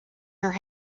her